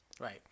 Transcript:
Right